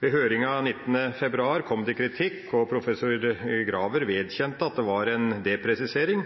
Ved høringa den 19. februar kom det kritikk, og professor Graver erkjente at det var en depresisering,